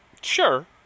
Sure